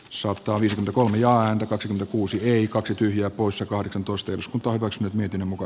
sota olisi kolme ja häntä kaksi kuusi neljä kaksi tyhjää poissa kahdeksantoista jos kaivos nyt miten muka